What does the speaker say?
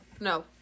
No